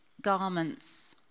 garments